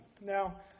Now